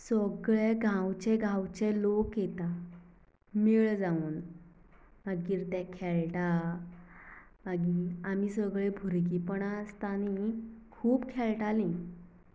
सगळें गांवचें गांवचें लोक येतात मिळ जावून मागीर तें खेळटां आमी सगळीं भुरगेंपणां आसतां न्ही खूब खेळटाली